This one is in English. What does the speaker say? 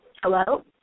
Hello